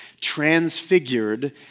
transfigured